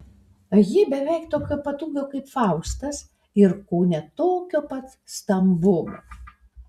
ji beveik tokio pat ūgio kaip faustas ir kone tokio pat stambumo